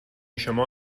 شما